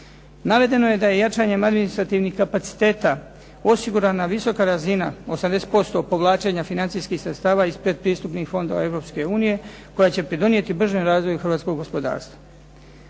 Navedeno je da je jačanjem administrativnih kapaciteta osigurana visoka razina 80% povlačenja financijskih sredstava iz predpristupnih fondova Europske unije koja će pridonijeti bržem razvoju hrvatskog gospodarstva.